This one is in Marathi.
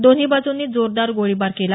दोन्ही बाजूंनी जोरदार गोळीबार केला